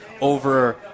over